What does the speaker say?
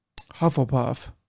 Hufflepuff